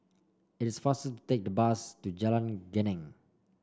it is faster to take the bus to Jalan Geneng